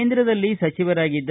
ಕೇಂದ್ರದಲ್ಲಿ ಸಚಿವರಾಗಿದ್ದ